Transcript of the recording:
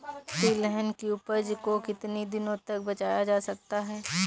तिलहन की उपज को कितनी दिनों तक बचाया जा सकता है?